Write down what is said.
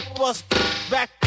back